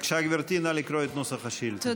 בבקשה, גברתי, נא לקרוא את נוסח השאילתה.